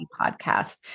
Podcast